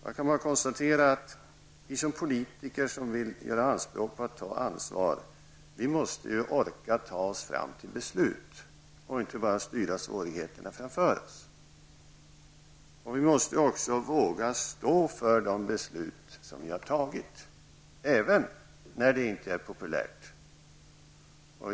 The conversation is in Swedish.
Jag kan bara konstatera att som politiker som vill göra anspråk på att ta ansvar måste vi orka ta oss fram till beslut och inte bara styra svårigheterna framför oss. Vi måste också våga stå för de beslut vi har fattat även när de inte är populära.